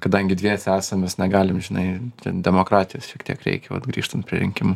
kadangi dviese esam mes negalim žinai demokratijos šiek tiek reikia vat grįžtant prie rinkimų